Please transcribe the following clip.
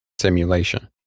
simulation